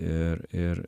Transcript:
ir ir